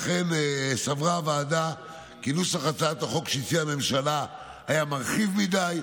לכן סברה הוועדה כי נוסח הצעת החוק שהציעה הממשלה היה מרחיב מדי,